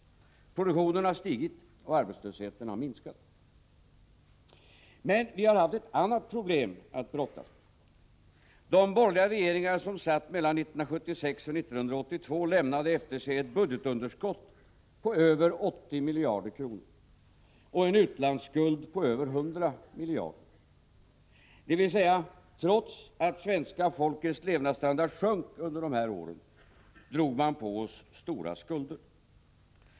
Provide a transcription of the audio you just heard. Produktionen har stigit och arbetslösheten har minskat. Men vi har haft ett annat problem att brottas med. De borgerliga regeringarna, som satt mellan 1976 och 1982, lämnade efter sig ett budgetunderskott på över 80 miljarder kronor och en utlandsskuld på över 100 miljarder. Trots att svenska folkets levnadsstandard sjönk under de här åren, drog man på oss stora skulder.